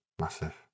Massive